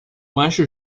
macho